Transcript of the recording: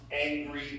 angry